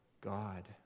God